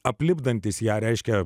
aplipdantis ją reiškia